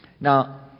Now